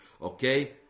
Okay